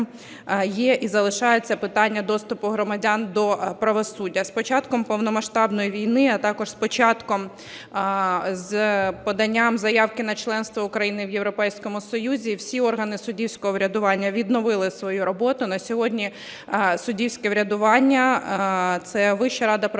є і залишається питання доступу громадян до правосуддя. З початком повномасштабної війни, а також з поданням заявки на членство України в Європейському Союзі всі органи суддівського врядування відновили свою роботу. На сьогодні суддівське врядування – це Вища рада правосуддя,